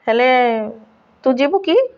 ହେଲେ ତୁ ଯିବୁ କି